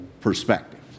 perspective